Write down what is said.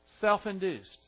Self-induced